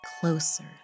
closer